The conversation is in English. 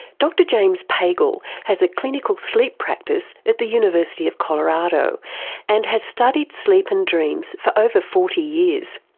dr james pagel has a clinical sleep practice at the university of colorado and has studied sleep and dreams for over forty years.